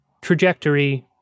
trajectory